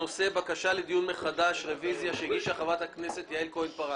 בנושא בקשה לדיון מחדש שהגישה חברת הכנסת יעל כהן-פארן.